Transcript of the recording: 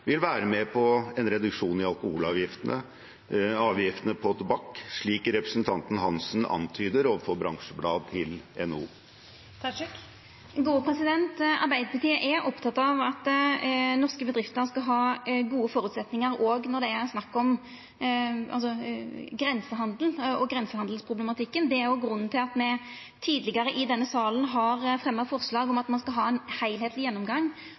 vil være med på en reduksjon av alkoholavgiftene og avgiftene på tobakk, slik representanten Hansen antyder overfor bransjebladet til NHO? Arbeidarpartiet er oppteke av at norske bedrifter skal ha gode føresetnader òg når det det er snakk om grensehandel og grensehandelsproblematikk. Det er grunnen til at me tidlegare i denne salen har fremja forslag om at ein skal ha ein heilskapleg gjennomgang